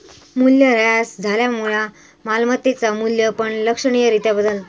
मूल्यह्रास झाल्यामुळा मालमत्तेचा मू्ल्य पण लक्षणीय रित्या बदलता